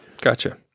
gotcha